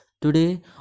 Today